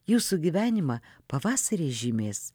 jūsų gyvenimą pavasarį žymės